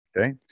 okay